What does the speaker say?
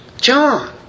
John